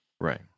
Right